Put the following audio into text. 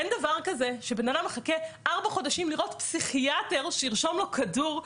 אין דבר כזה שבן אדם מחכה ארבעה חודשים לראות פסיכיאטר שירשום לו כדור,